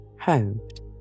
hoped